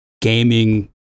gaming